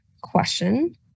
question